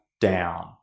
down